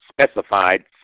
specified